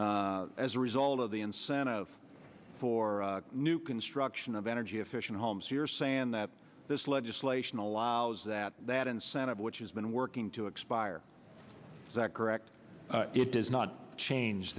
as a result of the incentive for new construction of energy efficient homes here saying that this legislation allows that that incentive which has been working to expire is that correct it does not change